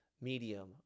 medium